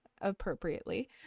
appropriately